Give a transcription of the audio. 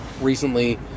recently